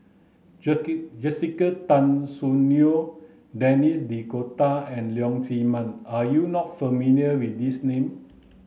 Jessica Tan Soon Neo Denis D'Cotta and Leong Chee Mun are you not familiar with these name